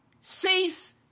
cease